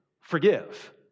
forgive